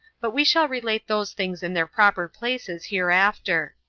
but we shall relate those things in their proper places hereafter.